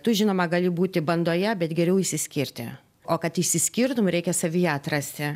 tu žinoma gali būti bandoje bet geriau išsiskirti o kad išsiskirtum reikia savyje atrasti